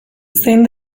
zein